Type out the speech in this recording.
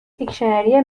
دیکشنری